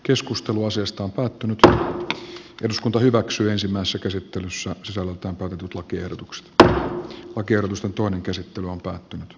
keskustelu asiasta on koottu tämä eduskunta hyväksyy ensimmäisessä käsittelyssä sisällöltään pakatut lakiehdotuks tää on kertusta toinen käsittely on päättynyt